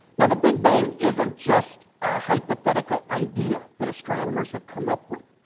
now, the big bang isn't just a hypothetical idea that astronomers have come up with.